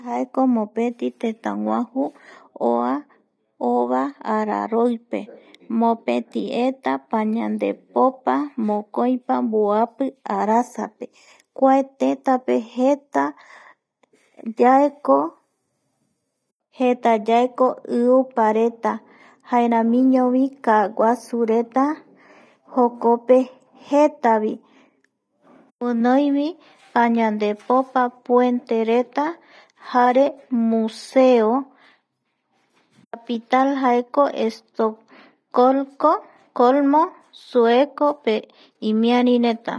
Jaeko mopeti tëtäguaju oa ova araroipe mopetieta pañandepopa mokoipa mboapi arasape kuae tëtäpe jeta. Yaeko, jetayaeko iupareta jaeramiñovi kaaguasureta jokope jetavi guinoivi pañandepopa puentereta jare museo capital jaeko estocolko colmo suecope imiarireta